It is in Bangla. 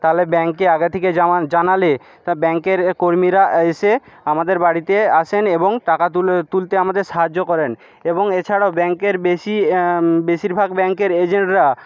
তাহলে ব্যাংকে আগে থেকে জানালে তা ব্যাংকের কর্মীরা এসে আমাদের বাড়িতে আসেন এবং টাকা তুলতে আমাদের সাহায্য করেন এবং এছাড়াও ব্যাংকের বেশি বেশিরভাগ ব্যাংকের এজেন্টরা